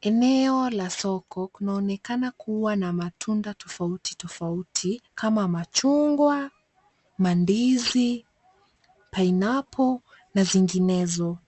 Eneo la soko, kunaonekana kuwa na matunda tofauti tofauti kama machungwa, mandizi, painapo na zinginezo.